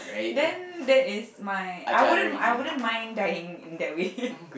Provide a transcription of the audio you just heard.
then that is my I wouldn't I wouldn't mind dying in that way